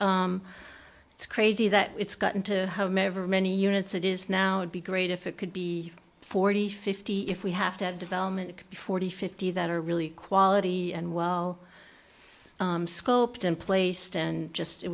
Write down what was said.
us it's crazy that it's gotten to home ever many units it is now would be great if it could be forty fifty if we have to have development forty fifty that are really quality and well sculpt emplaced and just it